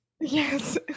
Yes